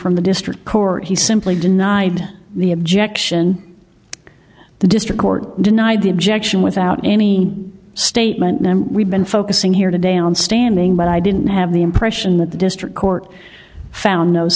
from the district court he simply denied the objection the district court denied the objection without any statement we've been focusing here today on standing but i didn't have the impression that the district court found